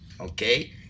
Okay